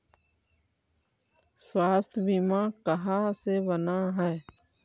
स्वास्थ्य बीमा कहा से बना है?